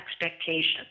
expectations